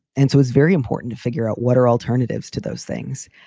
and so it's very important to figure out what are alternatives to those things.